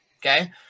Okay